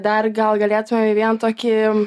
dar gal galėtume į vieną tokį